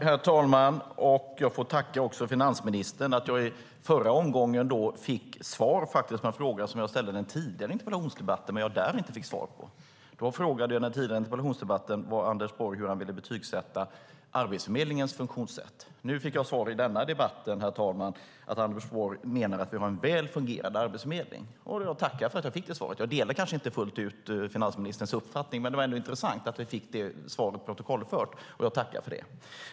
Herr talman! Jag får tacka finansministern för att jag i den förra omgången fick svar på en fråga jag ställde i en tidigare interpellationsdebatt men inte fick svar på då. Jag frågade i den tidigare interpellationsdebatten Anders Borg hur han ville betygssätta Arbetsförmedlingens funktionssätt, och jag fick i denna debatt svaret att Anders Borg menar att vi har en väl fungerande arbetsförmedling. Jag tackar för att jag fick det svaret. Jag delar kanske inte fullt ut finansministerns uppfattning, men det var ändå intressant att vi fick det svaret fört till protokollet. Jag tackar för det.